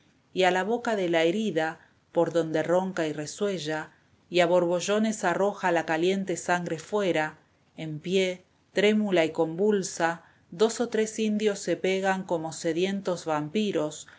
a la boca de la herida por donde ronca y resuella y a borbollones arroja la caliente sangre fuera en pie trémula y convulsa dos o tres indios se pegan como sedientos vampiros